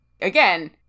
again